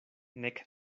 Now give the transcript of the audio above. nek